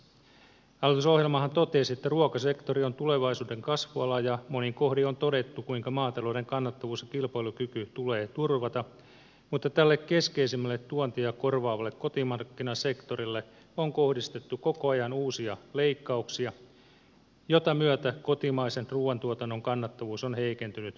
hallitusohjelmahan totesi että ruokasektori on tulevaisuuden kasvuala ja monin kohdin on todettu kuinka maatalouden kannattavuus ja kilpailukyky tulee turvata mutta tälle keskeisimmälle tuontia korvaavalle kotimarkkinasektorille on kohdistettu koko ajan uusia leikkauksia jota myötä kotimaisen ruuantuotannon kannattavuus on heikentynyt koko ajan